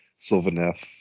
Sylvaneth